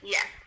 Yes